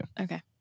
Okay